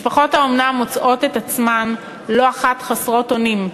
משפחות האומנה מוצאות את עצמן לא אחת חסרות אונים,